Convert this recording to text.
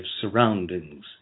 surroundings